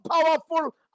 powerful